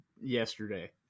Yesterday